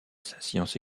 sciences